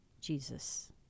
Jesus